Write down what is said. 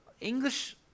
English